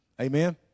Amen